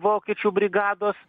vokiečių brigados